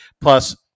Plus